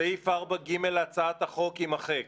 סעיף 4(א)(2) להצעת החוק - יימחק.